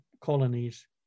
colonies